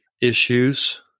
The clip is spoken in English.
issues